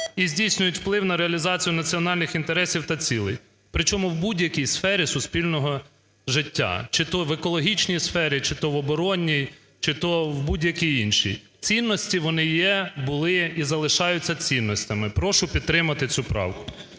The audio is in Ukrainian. і здійснюють вплив на реалізацію національних інтересів та цілей. При чому в будь-якій сфері суспільного життя – чи то в екологічній сфері, чи то в оборонній, чи то в будь-якій іншій. Цінності вони є, були і залишаються цінностями. Прошу підтримати цю правку.